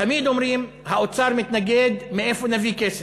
תמיד אומרים: האוצר מתנגד, מאיפה נביא כסף.